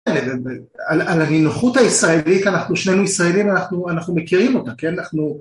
על הנינוחות הישראלית, אנחנו שנינו ישראלים, אנחנו מכירים אותה, כן? אנחנו